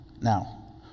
now